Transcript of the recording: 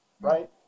Right